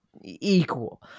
equal